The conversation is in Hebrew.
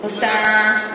כן כן,